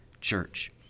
church